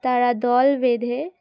তারা দল বেঁধে